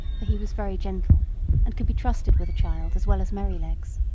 for he was very gentle and could be trusted with a child as well as merrylegs.